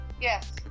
Yes